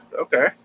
okay